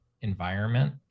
environment